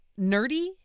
nerdy